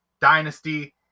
dynasty